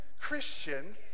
Christian